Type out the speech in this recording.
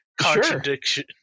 contradiction